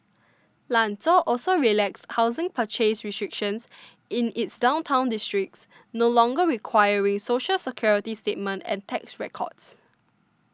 Lanzhou also relaxed housing purchase restrictions in its downtown districts no longer requiring Social Security statement and tax records